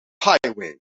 highway